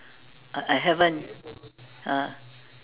I I haven't ah